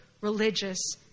religious